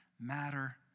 matter